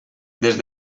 des